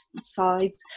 sides